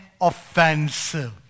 offensive